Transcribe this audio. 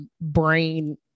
brain